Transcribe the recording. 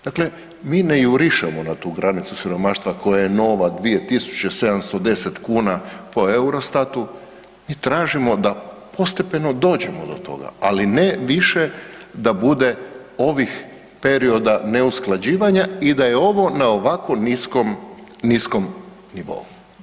Dakle, mi ne jurišamo na tu granicu siromaštva koja je nova 2710 kuna po EUROSTAT-u i tražimo da postepeno dođemo do toga, ali ne više da bude ovih perioda neusklađivanja i da je ovo na ovako niskom nivou.